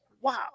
wow